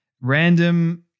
Random